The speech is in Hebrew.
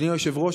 אדוני היושב-ראש,